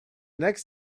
next